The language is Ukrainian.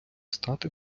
стати